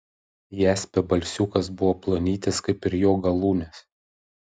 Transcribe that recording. jaspio balsiukas buvo plonytis kaip ir jo galūnės